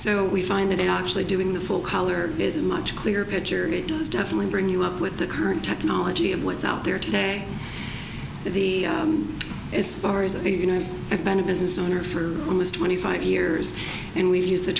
so we find that actually doing the full color is a much clearer picture and it does definitely bring you up with the current technology of what's out there today the as far as you know i've been a business owner for almost twenty five years and we've used the